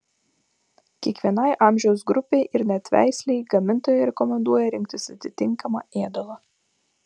kiekvienai amžiaus grupei ir net veislei gamintojai rekomenduoja rinktis atitinkamą ėdalą